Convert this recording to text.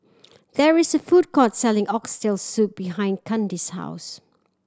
there is a food court selling Oxtail Soup behind Kandi's house